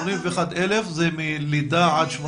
81,000 זה מגיל לידה עד 18?